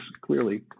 clearly